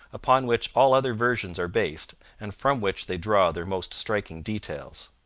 upon which all other versions are based and from which they draw their most striking details.